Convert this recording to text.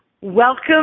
Welcome